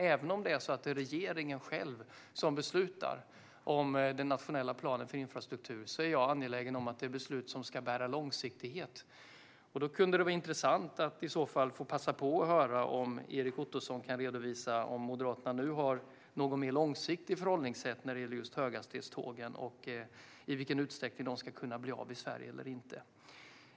Även om det är regeringen själv som beslutar om den nationella planen för infrastruktur är jag angelägen om att det är beslut som ska bära långsiktighet. Det kunde vara intressant att i så fall få passa på att höra om Erik Ottoson kan redovisa om Moderaterna nu har något mer långsiktigt förhållningssätt när det gäller just höghastighetstågen och i vilken utsträckning de skulle kunna bli av i Sverige eller inte.